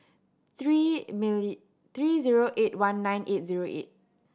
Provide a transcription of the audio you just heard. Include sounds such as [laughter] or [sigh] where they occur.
three [unintelligible] three zero eight one nine eight zero eight